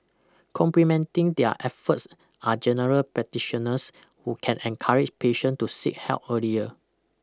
complementing their efforts are general practitioners who can encourage patient to seek help earlier